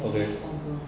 okay